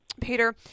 Peter